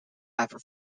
after